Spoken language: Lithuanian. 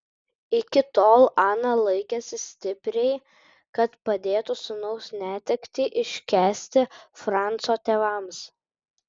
iki tol ana laikėsi stipriai kad padėtų sūnaus netektį iškęsti franco tėvams